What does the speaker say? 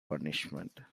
punishment